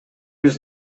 биз